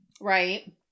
Right